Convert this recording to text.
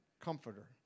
comforter